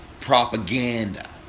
propaganda